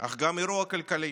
אך גם אירוע כלכלי,